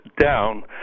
down